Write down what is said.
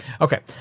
Okay